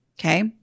Okay